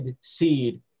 seed